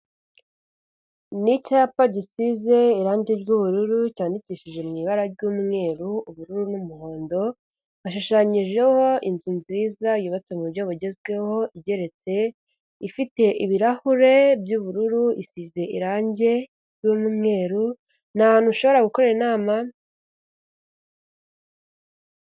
Ni icyapa gisize irangi ry'ubururu, cyandikishije mu ibara ry'umweru, ubururu n'umuhondo, hashushanyijeho inzu nziza yubatswe mu buryo bugezweho igeretse, ifite ibirahure by'ubururu, isize irangi y'umweru, ni ahantu ushobora gukorera inama.